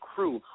Crew